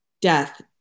death